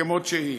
כמו שהיא.